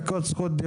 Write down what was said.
פחות.